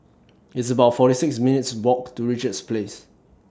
It's about forty six minutes' Walk to Richards Place